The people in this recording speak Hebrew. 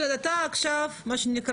זאת אומרת אתה עכשיו חופשי,